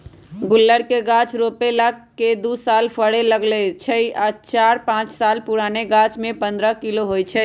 गुल्लर के गाछ रोपला के दू साल बाद फरे लगैए छइ आ चार पाच साल पुरान गाछमें पंडह किलो होइ छइ